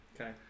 Okay